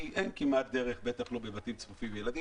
כי אין דרך בטח לא בבתים צפופים עם ילדים,